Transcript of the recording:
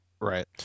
Right